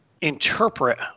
interpret